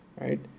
right